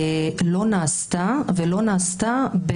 לא נעשתה.